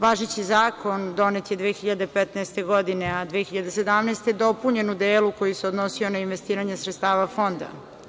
Važeći zakon donet je 2015. godine, a 2017. godine dopunjen u delu koji se odnosio na investiranje sredstava fonda.